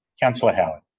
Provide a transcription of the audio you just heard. councillor howard